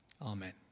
Amen